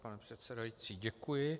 Pane předsedající, děkuji.